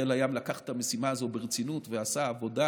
חיל הים לקח את המשימה הזו ברצינות ועשה עבודה